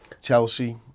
Chelsea